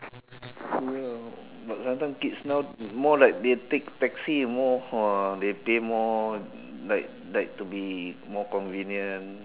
ya but last time kids now more like they take taxi and more !whoa! they be more like like to be more convenient